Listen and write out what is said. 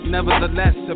Nevertheless